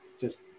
just-